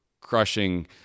crushing